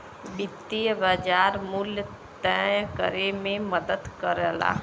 वित्तीय बाज़ार मूल्य तय करे में मदद करला